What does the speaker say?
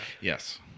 Yes